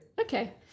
okay